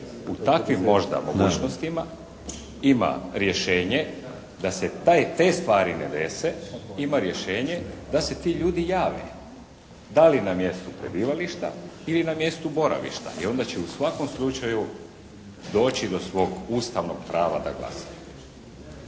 U takvim možda mogućnostima ima rješenje da se taj, te stvari ne dese ima rješenje da se ti ljudi jave da li na mjestu prebivališta ili na mjestu boravišta i onda će u svakom slučaju doći do svog Ustavnog prava da glasaju.